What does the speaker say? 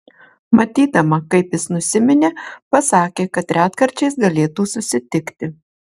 matydama kaip jis nusiminė pasakė kad retkarčiais galėtų susitikti